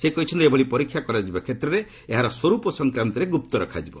ସେ କହିଛନ୍ତି ଏଭଳି ପରୀକ୍ଷା କରାଯିବା କ୍ଷେତ୍ରରେ ଏହାର ସ୍ୱରୂପ ସଂକ୍ରାନ୍ତରେ ଗୁପ୍ତ ରଖାଯିବ